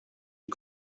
die